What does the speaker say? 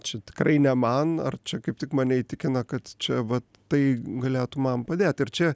čia tikrai ne man ar čia kaip tik mane įtikina kad čia vat tai galėtų man padėt ir čia